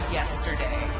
yesterday